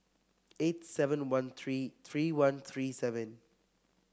eight seven one three three one three seven